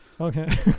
Okay